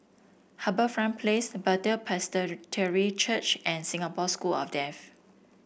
HarbourFront Place Bethel Church and Singapore School of Deaf